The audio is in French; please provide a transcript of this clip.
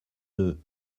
deux